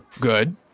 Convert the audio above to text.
Good